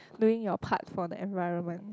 doing your part for the environment